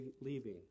leaving